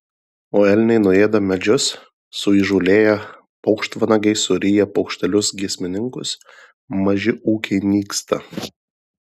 o elniai nuėda medžius suįžūlėję paukštvanagiai suryja paukštelius giesmininkus maži ūkiai nyksta